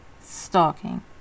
stalking